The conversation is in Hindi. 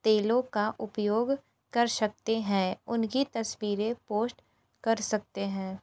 तेलों का उपयोग कर सकते हैं उनकी तस्वीरें पोश्ट कर सकते हैं